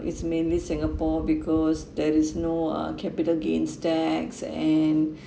is mainly singapore because there is no uh capital gains tax and